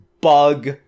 bug